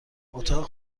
اتاق